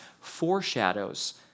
foreshadows